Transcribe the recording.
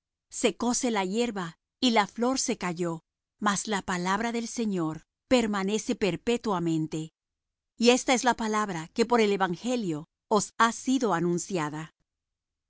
hierba secóse la hierba y la flor se cayó mas la palabra del señor permanece perpetuamente y esta es la palabra que por el evangelio os ha sido anunciada